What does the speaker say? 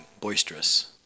boisterous